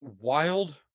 Wild